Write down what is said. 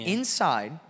inside